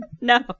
No